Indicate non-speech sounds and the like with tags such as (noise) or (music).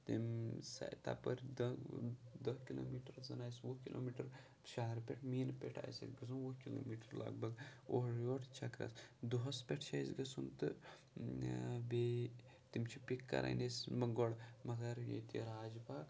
تٔمۍ سہ تَپٲرۍ دَہ دَہ کِلوٗ میٖٹَر آسَن اَسہِ وُہ کِلوٗ میٖٹَر شَہرٕ پٮ۪ٹھ مینہٕ پٮ۪ٹھ آسہِ اَسہِ گژھُن وُہ کِلوٗ میٖٹَر لَگ بَگ اورٕ یورٕ چَکرَس دۄہَس پٮ۪ٹھ چھِ اَسہِ گَژھُن تہٕ بیٚیہِ تِم چھِ پِک کَ رٕنۍ (unintelligible) گۄڈٕ مگر ییٚتہِ راج باغ